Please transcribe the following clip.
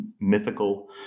mythical